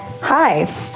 Hi